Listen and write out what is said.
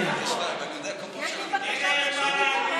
אין להם.